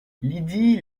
lydie